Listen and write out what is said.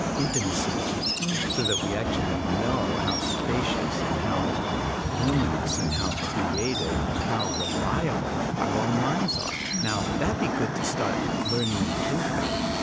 intimacy with it so that we actually know how spacious and how luminous and how creative and how reliable our own minds are. now that'd be good to start learning in kindergarten